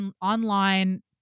online